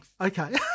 Okay